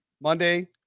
Monday